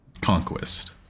conquest